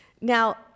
Now